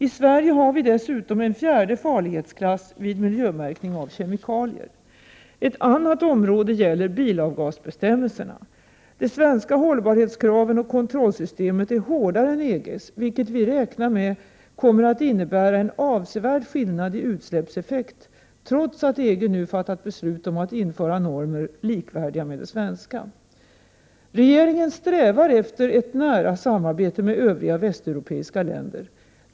I Sverige har vi dessutom en fjärde farlighetsklass vid miljömärkning av kemikalier. Ett annat område gäller bilavgasbestämmelserna. De svenska hållbarhetskraven och kontrollsystemet är hårdare än EG:s, vilket vi räknar med kommer att innebära en avsevärd skillnad i utsläppseffekt, trots att EG nu fattat beslut om att införa normer likvärdiga med de svenska. Regeringen strävar efter ett nära samarbete med övriga västeuropeiska länder.